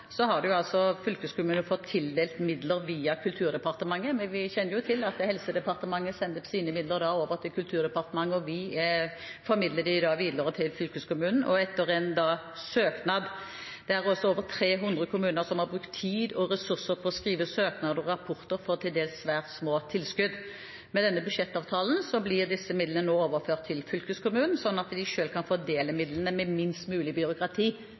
har fylkeskommunen fått tildelt midler via Kulturdepartementet. Men vi kjenner jo til at Helse- og omsorgsdepartementet sender sine midler over til Kulturdepartementet, og vi formidler dem videre til fylkeskommunen, etter søknad. Det er altså over 300 kommuner som har brukt tid og ressurser på å skrive søknad og rapporter for til dels svært små tilskudd. Med denne budsjettavtalen blir disse midlene nå overført til fylkeskommunene, sånn at de selv kan fordele midlene med minst mulig byråkrati.